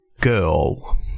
Girl